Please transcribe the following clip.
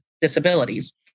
disabilities